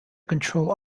control